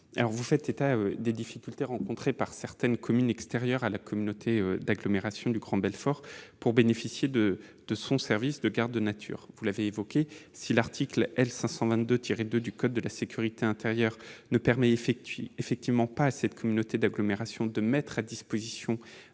vous faites état des difficultés rencontrées par certaines communes extérieures à la communauté d'agglomération du Grand Belfort pour bénéficier de son service de gardes nature. Si l'article L. 522-2 du code de la sécurité intérieure ne permet effectivement pas à cette communauté d'agglomération de mettre ses